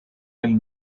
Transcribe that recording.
del